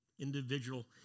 individual